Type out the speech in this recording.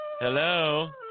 Hello